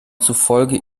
zufolge